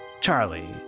Charlie